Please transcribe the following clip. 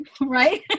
Right